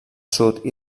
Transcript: sud